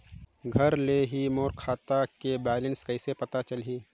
घर ले ही मोला मोर खाता के बैलेंस कइसे पता चलही?